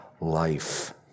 life